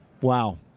Wow